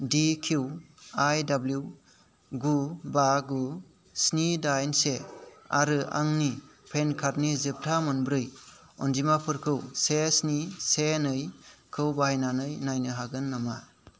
DQIW गु बा गु स्नि दाइन से आरो आंनि पेन कार्ड नि जोबथा मोनब्रै अनजिमाफोरखौ से स्नि से नै खौ बाहायनानै नायनो हागोन नामा